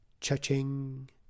Cha-ching